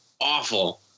awful